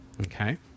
Okay